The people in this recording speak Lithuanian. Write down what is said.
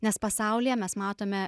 nes pasaulyje mes matome